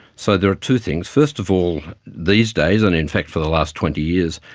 so there are two things. first of all, these days and in fact for the last twenty years,